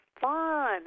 fun